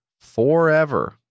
forever